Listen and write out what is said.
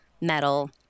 metal